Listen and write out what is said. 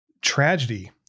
tragedy